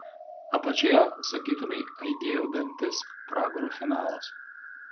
apačioje sakytumei aidėjo dantės pragaro finalas